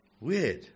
Weird